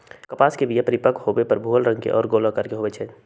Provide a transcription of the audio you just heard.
कपास के बीया परिपक्व होय पर भूइल रंग आऽ गोल अकार के होइ छइ